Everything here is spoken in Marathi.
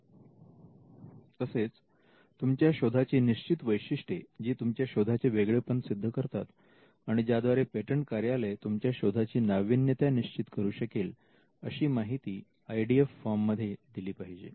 च्या तसेच तुमच्या शोधाची निश्चित वैशिष्ट्ये जी तुमच्या शोधाचे वेगळेपण सिद्ध करतात आणि ज्याद्वारे पेटंट कार्यालय तुमच्या शोधाची नाविन्यता निश्चित करू शकेल अशी माहिती आय डी एफ फॉर्म मध्ये दिली पाहिजे